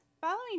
following